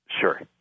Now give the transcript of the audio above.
Sure